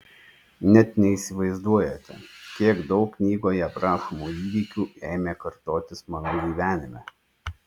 net neįsivaizduojate kiek daug knygoje aprašomų įvykių ėmė kartotis mano gyvenime